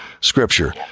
scripture